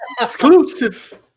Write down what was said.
exclusive